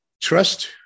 trust